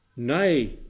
Nay